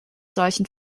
solchen